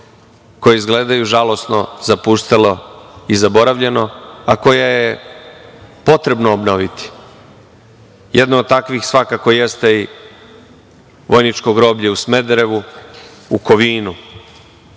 koja izgledaju žalosno, zapustelo i zaboravljeno, a koje je potrebno obnoviti. Jedno od takvih svakako jeste i Vojničko groblje u Smederevu, u Kovinu,